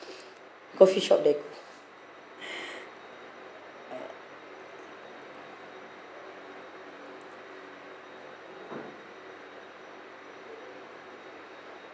coffeeshop the